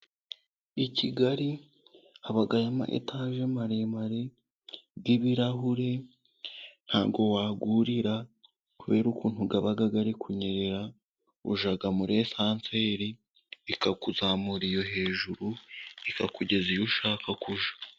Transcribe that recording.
I kigali haba ama etaje maremare y'ibirahure ntabwo wayurira, kubera ukuntu aba ari kunyerera ujya muri esanseri ikakuzamura iyo hejuru ikakugeza iyo ushaka kujya.